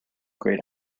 great